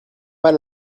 pas